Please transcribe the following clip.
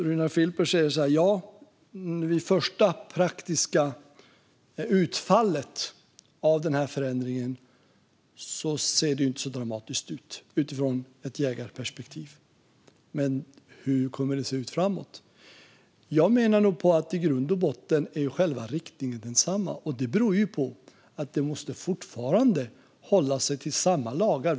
Runar Filper säger så här: Ja, vid första praktiska utfallet av den här förändringen ser det inte så dramatiskt ut, utifrån ett jägarperspektiv. Men hur kommer det att se ut framåt? Jag menar nog att själva riktningen i grund och botten är densamma. Det beror på att man fortfarande måste hålla sig till samma lagar.